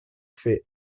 fait